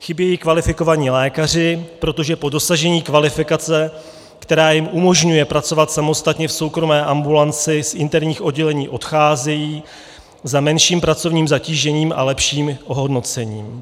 Chybějí kvalifikovaní lékaři, protože po dosažení kvalifikace, která jim umožňuje pracovat samostatně v soukromé ambulanci, z interních oddělení odcházejí za menším pracovním zatížením a lepším ohodnocením.